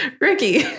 ricky